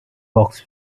box